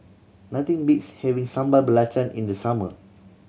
nothing beats having Sambal Belacan in the summer